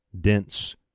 dense